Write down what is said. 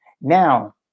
Now